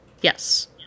Yes